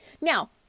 Now